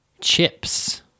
chips